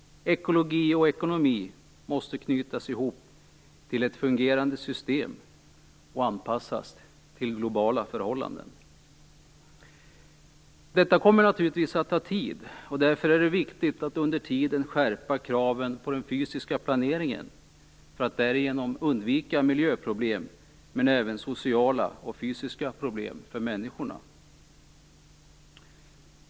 Ekologi och ekonomi måste knytas ihop till ett fungerande system och anpassas till globala förhållanden. Detta kommer naturligtvis att ta tid. Därför är det viktigt att under tiden skärpa kraven på den fysiska planeringen för att därigenom undvika miljöproblem men även sociala och fysiska problem för människorna.